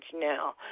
now